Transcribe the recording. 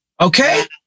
Okay